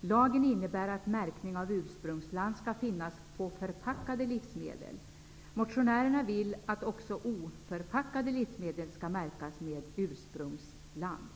Lagen innebär att förpackade livsmedel skall vara märkta med ursprungsland. Motionärerna vill att också oförpackade livsmedel skall märkas med ursprungsland.